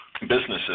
businesses